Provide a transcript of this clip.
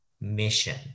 mission